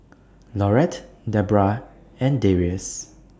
Laurette Debbra and Darius